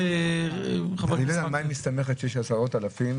אני לא יודע על מה היא מסתמכת שיש עשרות אלפים,